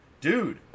Dude